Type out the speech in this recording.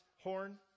horn